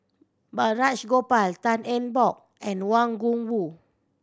Balraj Gopal Tan Eng Bock and Wang Gungwu